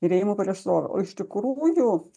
ir ėjimu prieš srovę o iš tikrųjų